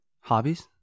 Hobbies